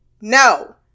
no